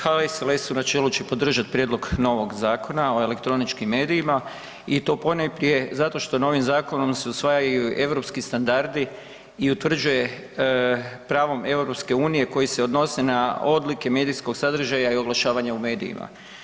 HSLS u načelu će podržat prijedlog novog Zakona o elektroničkim medijima i to ponajprije zato što novim zakonom se usvajaju europski standardi i utvrđuje pravom EU-a koji se odnose na odlike medijskom sadržaja i oglašavanja u medijima.